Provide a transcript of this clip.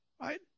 right